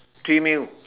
three meal